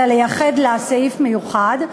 אלא לייחד לה סעיף מיוחד.